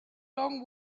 long